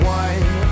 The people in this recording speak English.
one